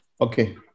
Okay